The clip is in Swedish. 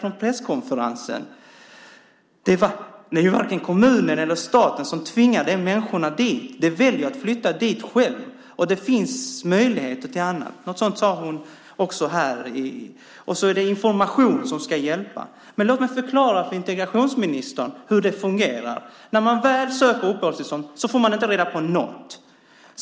På presskonferensen sades: Det är varken kommunen eller staten som tvingar de människorna dit. De väljer att flytta dit själva. Det finns möjligheter till annat. Något sådant sade hon här också. Det är information som ska hjälpa. Låt mig förklara för integrationsministern hur det fungerar. När man söker uppehållstillstånd får man inte reda på något.